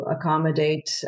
accommodate